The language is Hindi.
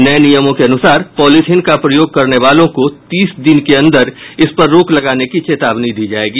नये नियमों के अनुसार पॉलीथिन का प्रयोग करने वालों को तीस दिन के अंदर इस पर रोक लगाने की चेतावनी दी जायेगी